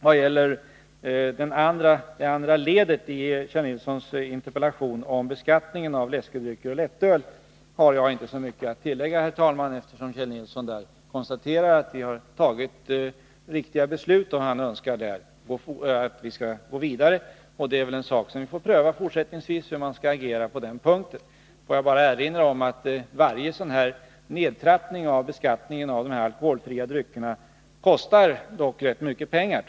Vad det gäller det andra ledet i Kjell Nilssons interpellation, om beskattningen av läskedrycker och lättöl, har jag inte så mycket att tillägga, herr talman. Kjell Nilsson konstaterar nu att vi fattat riktiga beslut, och han önskar att vi skall gå vidare. Det är någonting som vi får pröva fortsättningsvis, hur man skall agera på den punkten. Får jag bara erinra om att varje sådan här nedtrappning av beskattningen av de alkoholfria dryckerna dock kostar rätt mycket pengar.